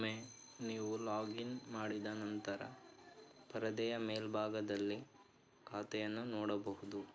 ಒಮ್ಮೆ ನೀವು log in ಮಾಡಿದ ನಂತರ ಪರದೆಯ ಮೇಲ್ಭಾಗದಲ್ಲಿ ಖಾತೆಯನ್ನು ನೋಡಬಹುದು